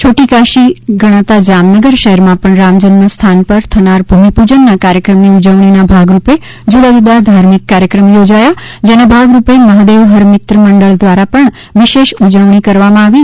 છોટીકાશી જામનગર શહેરમાં પણ રામ જન્મ સ્થાન પર થનાર ભૂમિપૂજન ના કાર્ચક્રમ ની ઉજવણી ના ભાગરૂપે જુદા જુદા ધાર્મિક કાર્યક્રમો યોજાયા છે જેના ભાગરૂપે મહાદેવ હર મિત્ર મંડળ દ્વારા પણ આજે વિશેષ ઉજવણી કરવામા આવી હતી